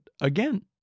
again